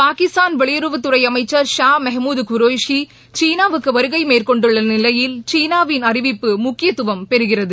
பாகிஸ்தான் வெளியுறவுத்துறை அமைச்ச் ஷா மெஹமுது குரோஷி சீனாவுக்கு வருகை மேற்கொண்டுள்ள நிலையில் சீனாவின் அறிவிப்பு முக்கியத்துவம் பெறுகிறது